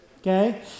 okay